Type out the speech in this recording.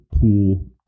pool